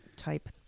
Type